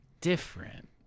different